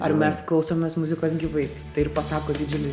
ar mes klausomės muzikos gyvai tai ir pasako didžiulį